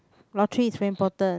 lottery is very important